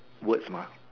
words mah